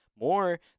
more